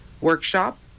workshop